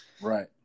Right